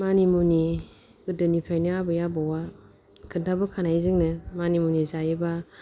मानि मुनि गोदोनिफ्रायनो आबै आबौआ खोन्थाबोखानाय जोंनो मानि मुनि जायोबा